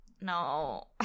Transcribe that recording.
no